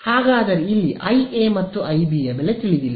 ಹಾಗಾದರೆ ಇಲ್ಲಿ ಐಎ ಮತ್ತು ಐಬಿ ಯ ಬೆಲೆ ತಿಳಿದಿಲ್ಲ